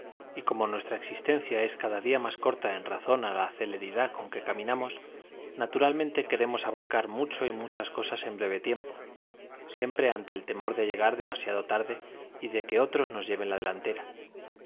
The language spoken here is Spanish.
y corno nuestra existencia es cada día más corta en razón á la celeridad con que caminamos naturalmente queremos abarcar mucho y muchas cosas en breve tiempo siempre ante el temor de llegar demasiado tarde y de que otros nos lleven la delantera